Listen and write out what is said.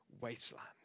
wasteland